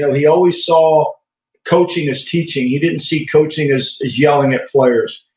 and he always saw coaching as teaching. he didn't see coaching as yelling at players,